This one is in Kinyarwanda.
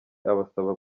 abasaba